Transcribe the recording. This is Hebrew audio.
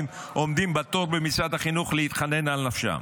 עומדים בתור במשרד החינוך להתחנן על נפשם.